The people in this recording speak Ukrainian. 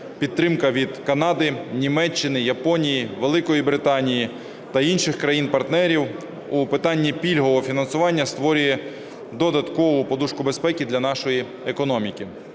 підтримка від Канади, Німеччини, Японії, Великої Британії та інших країн-партнерів у питанні пільгового фінансування створює додаткову подушку безпеки для нашої економіки.